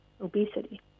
obesity